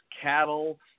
cattle